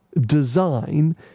design